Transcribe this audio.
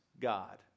God